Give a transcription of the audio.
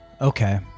Okay